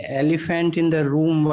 elephant-in-the-room